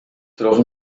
troch